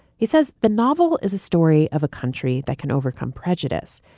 he says the novel is a story of a country that can overcome prejudice.